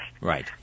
Right